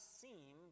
seem